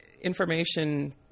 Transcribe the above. information